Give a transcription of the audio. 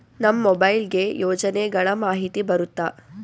ನಮ್ ಮೊಬೈಲ್ ಗೆ ಯೋಜನೆ ಗಳಮಾಹಿತಿ ಬರುತ್ತ?